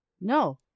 No